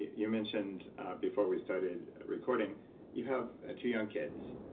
you mentioned before we started recording you have ah two young kids.